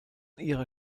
ihrer